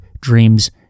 dreams